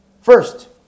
First